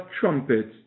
trumpets